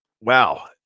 Wow